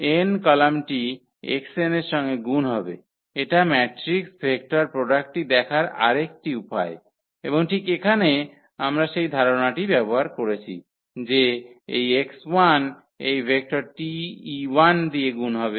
n কলামটি xn এর সঙ্গে গুণ হবে এটা ম্যাট্রিক্স ভেক্টর প্রোডাক্টটি দেখার আরেকটি উপায় এবং ঠিক এখানে আমরা সেই ধারণাটি ব্যবহার করেছি যে এই x1 এই ভেক্টর 𝑇 দিয়ে গুণ হবে